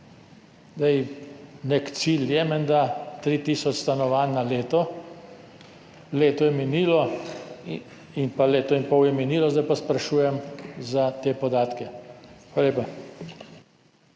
Nek cilj je menda 3 tisoč stanovanj na leto, leto je minilo in leto in pol je minilo, zdaj pa sprašujem za te podatke. Hvala